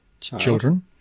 children